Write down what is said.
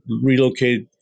relocate